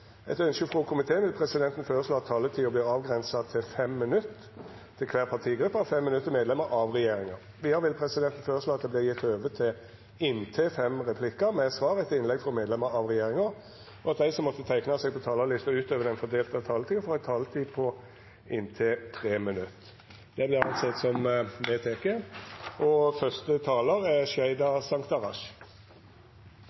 Etter ynske frå utanriks- og forsvarskomiteen vil presidenten føreslå at taletida vert avgrensa til 3 minutt til kvar partigruppe og 3 minutt til medlemer av regjeringa. Vidare vil presidenten føreslå at det vert gjeve høve til inntil fem replikkar med svar etter innlegg frå medlemer av regjeringa, og at dei som måtte teikna seg på talarlista utover den fordelte taletida, får ei taletid på inntil 3 minutt. – Det er vedteke.